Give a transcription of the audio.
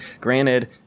Granted